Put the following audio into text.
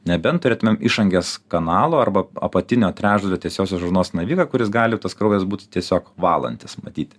nebent turėtumėm išangės kanalo arba apatinio trečdalio tiesiosios žarnos naviką kuris gali tas kraujas būtų tiesiog valantis matyti